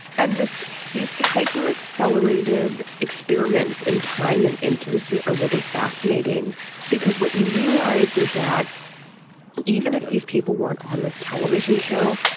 and this these hyper accelerated experiments in time and intimacy are really fascinating because what you realize is that even if these people weren't on this television show,